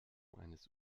eines